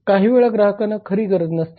काही वेळा ग्राहकांना खरी गरज नसते